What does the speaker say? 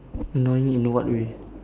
annoying in what way